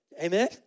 Amen